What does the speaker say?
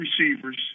receivers